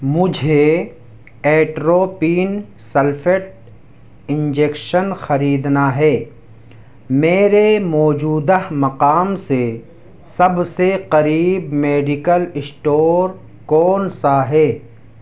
مجھے atropine sulphate injection خریدنا ہے میرے موجودہ مقام سے سب سے قریب میڈیکل اسٹور کون سا ہے